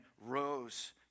rose